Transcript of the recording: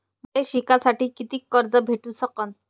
मले शिकासाठी कितीक कर्ज भेटू सकन?